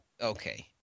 Okay